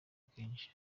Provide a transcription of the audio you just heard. akenshi